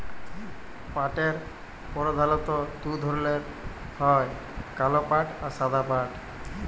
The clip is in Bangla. পাটের পরধালত দু ধরলের হ্যয় কাল পাট আর সাদা পাট